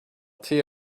tea